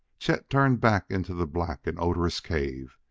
chet turned back into the black and odorous cave.